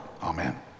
Amen